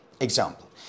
Example